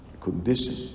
condition